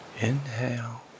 Inhale